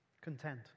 Content